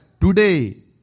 today